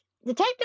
Detective